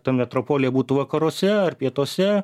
ta metropolija būtų vakaruose ar pietuose